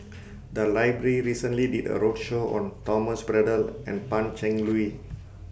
The Library recently did A roadshow on Thomas Braddell and Pan Cheng Lui